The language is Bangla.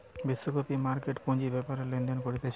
বিশ্বব্যাপী মার্কেট পুঁজি বেপারে লেনদেন করতিছে